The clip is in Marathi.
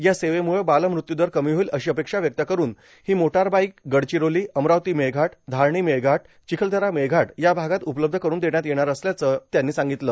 या सेवेमुळं बालमृत्युदर कमी होईल अशी अपेक्षा व्यक्त करून ही मोटारबाईक गडचिरोली अमरावतीतील मेळघाट धारणी मेळघाट चिखलदरा मेळघाट या भागात उपलब्ध करून देण्यात येणार असल्याचं ही त्यांनी सांगितलं